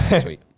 sweet